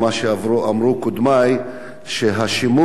השימוש של העמותות בדברים האלה,